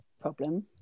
problem